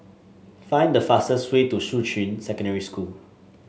find the fastest way to Shuqun Secondary School